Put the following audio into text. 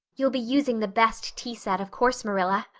you'll be using the best tea set, of course, marilla,